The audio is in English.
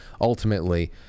ultimately